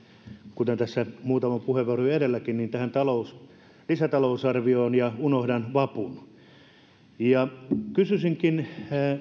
kuten tässä muutama puheenvuoro jo edelläkin tähän lisätalousarvioon ja unohdan vapun kysyisinkin